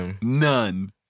None